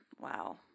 wow